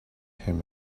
him